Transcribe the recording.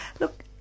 Look